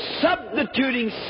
substituting